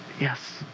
yes